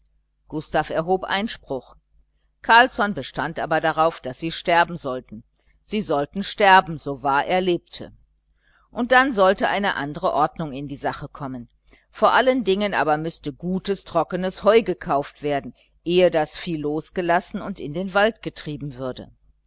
gustav erhob einspruch carlsson bestand aber darauf daß sie sterben sollten sie sollten sterben so wahr er lebte und dann sollte eine andere ordnung in die sache kommen vor allen dingen aber müsse gutes trockenes heu gekauft werden ehe das vieh losgelassen und in den wald getrieben würde